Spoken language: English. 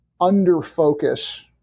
under-focus